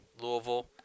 Louisville